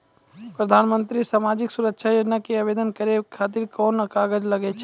प्रधानमंत्री समाजिक सुरक्षा योजना के आवेदन करै खातिर कोन कागज लागै छै?